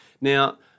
Now